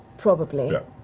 probably. yeah